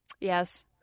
Yes